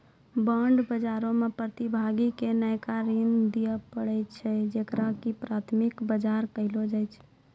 bond बजारो मे प्रतिभागी के नयका ऋण दिये पड़ै छै जेकरा की प्राथमिक बजार कहलो जाय छै